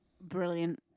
brilliant